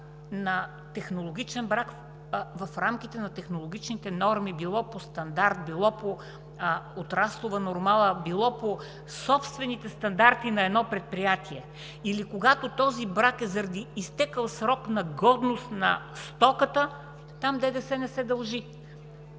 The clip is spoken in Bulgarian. на технологичен брак в рамките на технологичните норми – било по стандарт, било по отраслова нормала, било по собствените стандарти на едно предприятие, или когато този брак е заради изтекъл срок на годност на стоката, там ДДС не се дължи.